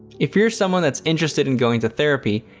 if you're someone that's interested in going to therapy,